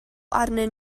arnyn